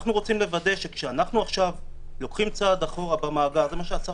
אנחנו רוצים לוודא שכשאנחנו לוקחים צעד אחורה במעבר זה מה שהשר